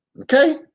okay